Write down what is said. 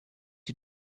you